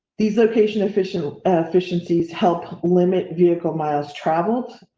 these location efficient, efficiencies, help, limit vehicle miles traveled.